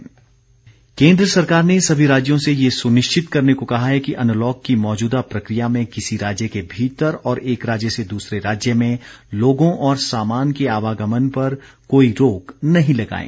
Covid निर्देश केन्द्र सरकार ने सभी राज्यों से यह सुनिश्चित करने को कहा है कि अनलॉक की मौजूदा प्रक्रिया में किसी राज्य के भीतर और एक राज्य से दूसरे राज्य में लोगों और सामान के आवागमन पर कोई रोक नहीं लगाएं